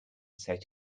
set